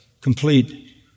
complete